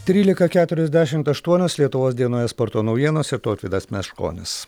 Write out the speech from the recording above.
trylika keturiasdešimt aštuonios lietuvos dienoje sporto naujienos ir tautvydas meškonis